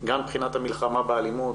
גם מבחינת המלחמה באלימות,